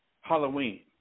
Halloween